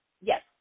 Yes